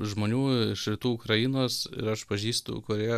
žmonių iš rytų ukrainos ir aš pažįstu kurie